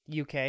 UK